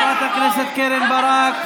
חברת הכנסת קרן ברק.